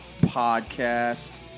Podcast